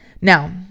Now